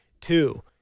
Two